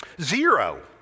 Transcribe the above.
Zero